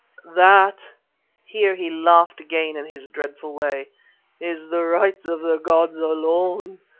that here he laughed again in his dreadful way is the rights of the gods alone.